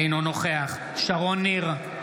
אינו נוכח שרון ניר, נגד